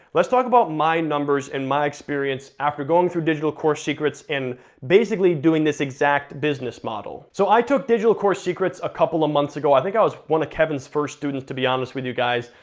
let's talk about my numbers and my experience after going through digital course secrets, and basically doing this exact business model. so i took digital course secrets a couple of months ago, i think i was one of kevin's first students, to be honest with you guys,